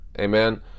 Amen